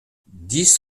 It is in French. dix